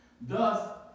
Thus